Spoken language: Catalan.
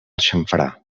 xamfrà